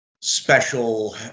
special